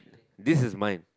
this is mine